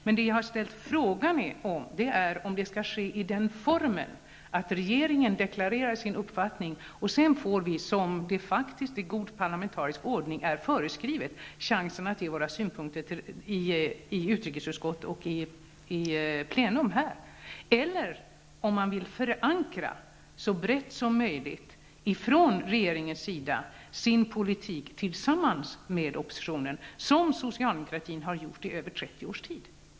Vad jag har frågat om är om det skall ske i den formen att regeringen deklarerar sin uppfattning och vi sedan, som det i god parlamentarisk ordning är föreskrivet, får chansen att framföra våra synpunkter i utrikesutskottet och här i kammaren, eller om regeringen vill så brett som möjligt förankra sin politik tillsammans med oppositionen, vilket socialdemokratin har gjort i över 30 års tid.